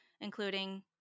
including